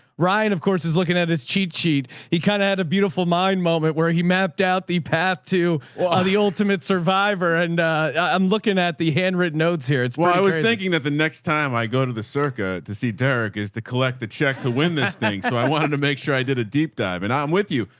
ryan of course, is looking at his cheat sheet. he kind of had a beautiful mind moment where he mapped out the path to the ultimate survivor. and yeah i'm looking at the handwritten notes here. it's what i was thinking that the next time i go to the circuit to see derek is to collect the check to win this thing. so i wanted to make sure i did a deep dive and i'm with you.